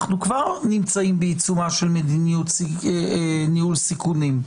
אנחנו כבר נמצאים בעיצומה של מדיניות ניהול סיכונים.